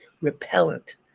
repellent